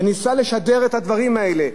וניסה לשדר את הדברים האלה,